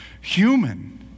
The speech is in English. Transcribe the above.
human